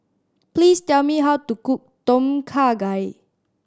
please tell me how to cook Tom Kha Gai